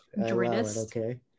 okay